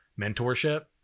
mentorship